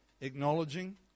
acknowledging